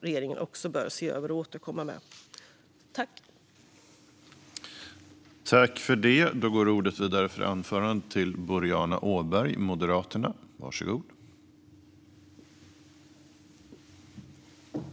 Regeringen bör se över denna fråga och sedan återkomma till riksdagen.